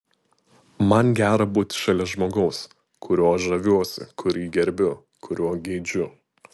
man gera būti šalia žmogaus kuriuo žaviuosi kurį gerbiu kurio geidžiu